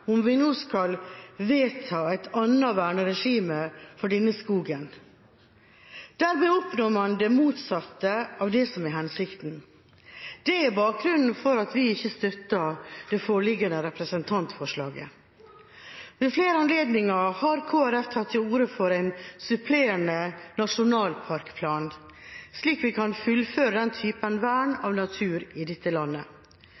om vi nå skal vedta et annet verneregime for denne skogen. Dermed oppnår man det motsatte av det som er hensikten. Det er bakgrunnen for at vi ikke støtter det foreliggende representantforslaget. Ved flere anledninger har Kristelig Folkeparti tatt til orde for en supplerende nasjonalparkplan, slik at vi kan fullføre den typen vern